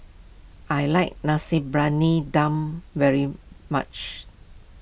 I like Dum very much